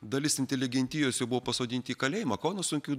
dalis inteligentijos jau buvo pasodinti į kalėjimą kauno sunkiųjų